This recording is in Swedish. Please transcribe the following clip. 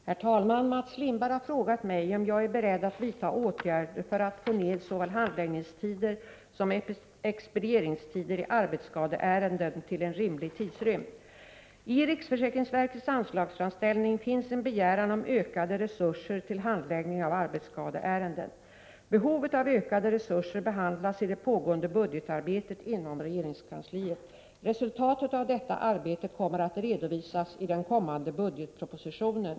Herr talman! Mats Lindberg har frågat mig om jag är beredd att vidta åtgärder för att få ned såväl handläggningstider som expedieringstider i arbetsskadeärenden till en rimlig tidsrymd. I riksförsäkringsverkets anslagsframställning finns en begäran om ökade resurser till handläggning av arbetsskadeärenden. Behovet av ökade resurser behandlas i det pågående budgetarbetet inom regeringskansliet. Resultatet av detta arbete kommer att redovisas i den kommande budgetpropositionen.